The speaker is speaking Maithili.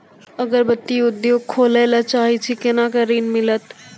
अगरबत्ती उद्योग खोले ला चाहे छी कोना के ऋण मिलत?